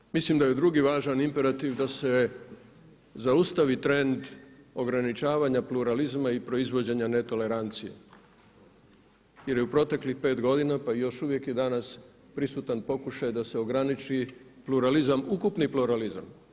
Drugo, mislim da je drugi važan imperativ da se zaustavi trend ograničavanja pluralizma i proizvođenja netolerancije, jer je u proteklih pet godina pa i još uvijek je danas prisutan pokušaj da se ograniči pluralizam, ukupni pluralizam.